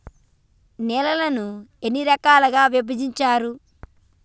నేలలను ఎన్ని రకాలుగా విభజించారు?